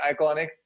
iconic